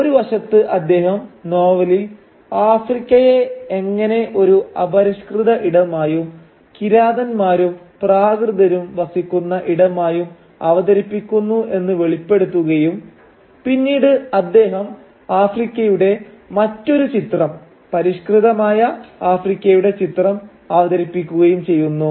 അപ്പോൾ ഒരുവശത്ത് അദ്ദേഹം നോവലിൽ ആഫ്രിക്കയെ എങ്ങനെ ഒരു അപരിഷ്കൃത ഇടമായും കിരാതന്മാരും പ്രാകൃതരും വസിക്കുന്ന ഇടമായും അവതരിപ്പിക്കുന്നു എന്ന് വെളിപ്പെടുത്തുകയും പിന്നീട് അദ്ദേഹം ആഫ്രിക്കയുടെ മറ്റൊരു ചിത്രം പരിഷ്കൃതമായ ആഫ്രിക്കയുടെ ചിത്രം അവതരിപ്പിക്കുകയും ചെയ്യുന്നു